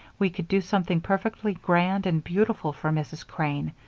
we could do something perfectly grand and beautiful for mrs. crane.